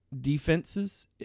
defenses